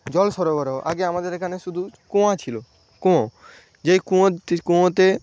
জল সরবরাহ আগে আমাদের এখানে শুধু কুঁয়া ছিল কুঁয়ো যেই কুঁয়োত কুঁয়োতে